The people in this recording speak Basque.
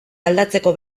aldatzeko